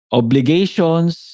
obligations